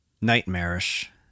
nightmarish